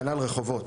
כנ"ל רחובות.